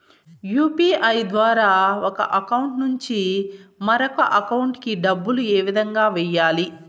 UPI ద్వారా ఒక account నుంచి మరొక అకౌంట్ కి డబ్బులు ఏ విధంగా వెయ్యాలి